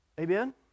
Amen